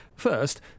First